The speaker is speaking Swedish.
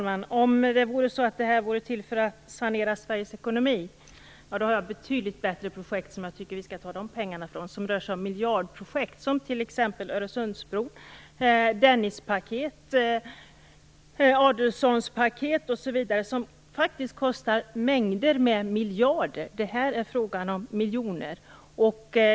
Fru talman! Om detta vore till för att sanera Sveriges ekonomi har jag betydligt bättre projekt som jag tycker att vi skall ta de pengarna ifrån. Det rör sig om miljardprojekt som t.ex. Öresundsbron, Dennispaket, Adelsohnpaket osv. De kostar faktiskt mängder med miljarder. Här är det frågan om miljoner.